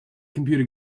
computer